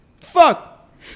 Fuck